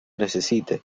necesite